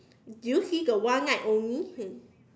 do you see the one night only